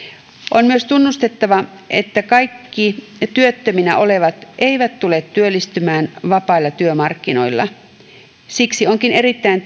on myös tunnustettava että kaikki työttöminä olevat eivät tule työllistymään vapailla työmarkkinoilla siksi onkin erittäin